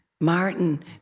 Martin